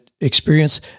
experience